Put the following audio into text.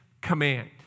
command